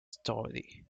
story